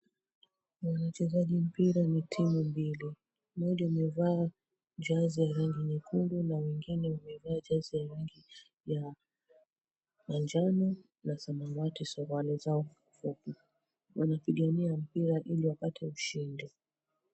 Kwenye uchezaji mpira ni timu mbili. Moja imevaa jazi ya rangi nyekundu na wengine wamevaa jazi ya manjano na samawati suruali zao fupi. Wanapigania mpira ili wapate ushindi.